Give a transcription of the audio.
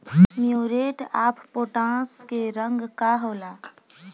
Muriate of potash के रंग का होला?